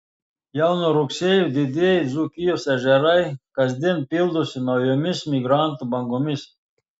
jau nuo rugsėjo didieji dzūkijos ežerai kasdien pildosi naujomis migrantų bangomis